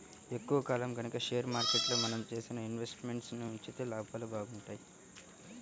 ఎక్కువ కాలం గనక షేర్ మార్కెట్లో మనం చేసిన ఇన్వెస్ట్ మెంట్స్ ని ఉంచితే లాభాలు బాగుంటాయి